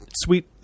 sweet